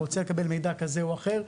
רוצה לקבל מידע כזה או אחר,